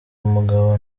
umugabo